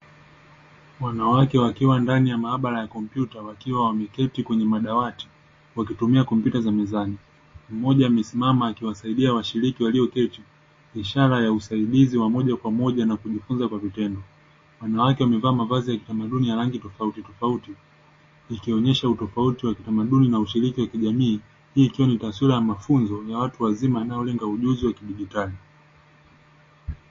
Wanawake wakiwa ndani ya maabara ya kompyuta wakiwa wameketi kwenye madawati wakitumia kompyuta za mezani mmoja amesimama akiwasaidia washiriki walioketi ishara ya usaidizi wa moja kwa moja na kujifunza kwa vitendo. Wanawake wamevaa mavazi ya kitamaduni ya rangi tofauti tofauti ikionyesha utofauti wa kitamaduni na ushiriki wa kijamii, hii ikiwa ni taswira ya mafunzo ya kiutu uzima yanayolenga ujuzi wa kidijitali.